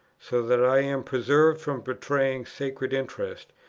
so that i am preserved from betraying sacred interests,